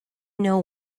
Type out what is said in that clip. know